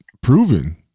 proven